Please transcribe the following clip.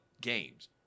games